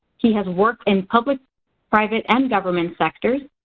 he has worked and published private and government sectors.